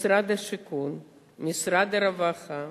משרד השיכון ומשרד הרווחה.